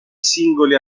singoli